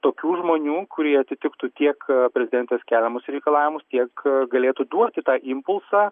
tokių žmonių kurie atitiktų tiek prezidentės keliamus reikalavimus tiek galėtų duoti tą impulsą